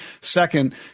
Second